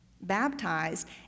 baptized